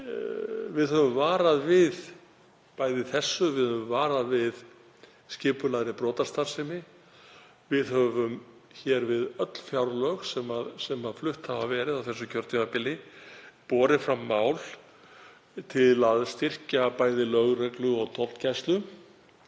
við höfum varað við skipulagðri brotastarfsemi. Við höfum hér við öll fjárlög sem flutt hafa verið á þessu kjörtímabili borið fram mál til að styrkja bæði lögreglu og tollgæslu